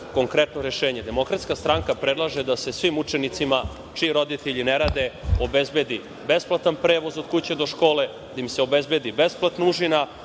konkretno rešenje. Demokratska stranka predlaže da se svim učenicima čiji roditelji ne rade obezbedi besplatan prevoz od kuće do škole, da im se obezbedi besplatna užina